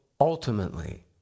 ultimately